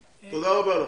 תודה רבה לך.